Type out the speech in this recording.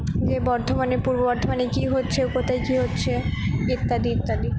দিয়ে বর্ধমানে পূর্ব বর্ধমানে কি হচ্ছে কোথায় কি হচ্ছে ইত্যাদি ইত্যাদি